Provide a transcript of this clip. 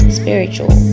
spiritual